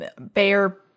bear